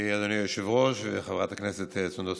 אדוני היושב-ראש, חברת הכנסת סונדוס